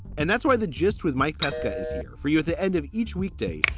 and that's why the gist with mike pesca is here for you at the end of each weekday.